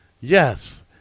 Yes